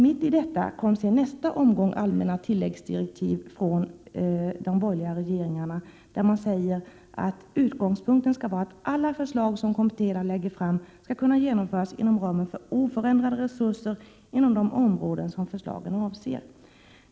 Mitt i detta kom sedan nästa omgång allmänna tilläggsdirektiv från de borgerliga regeringarna, där man sade att ”utgångspunkten skall vara att alla förslag som kommittéerna lägger fram skall kunna genomföras inom ramen för oförändrade resurser inom de områden som förslagen avser.